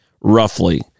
roughly